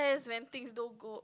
when things don't go